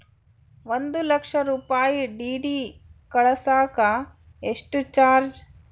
ಒಂದು ಲಕ್ಷ ರೂಪಾಯಿ ಡಿ.ಡಿ ಕಳಸಾಕ ಎಷ್ಟು ಚಾರ್ಜ್?